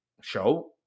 show